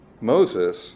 Moses